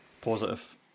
positive